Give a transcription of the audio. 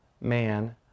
man